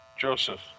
Joseph